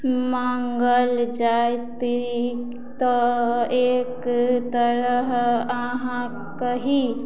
माँगल जायत तऽ एक तरह अहाँ कहि